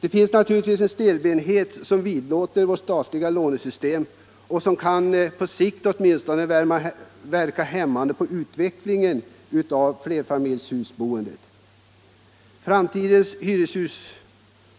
Det finns en stelbenthet som vidlåder vårt statliga lånesystem och som, åtminstone på sikt, kan verka hämmande på utvecklingen av flerfamiljshusboendet. Framtidens hyreshus